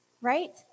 Right